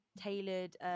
tailored